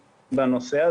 בנושא,